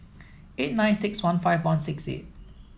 eight nine six one five one six eight